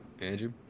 Andrew